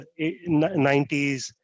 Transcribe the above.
90s